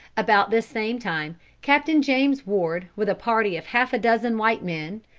about this same time captain james ward, with a party of half a dozen white men,